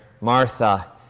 Martha